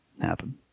happen